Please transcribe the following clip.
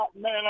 Man